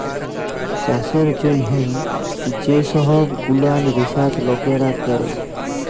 চাষের জ্যনহ যে সহব গুলান রিসাচ লকেরা ক্যরে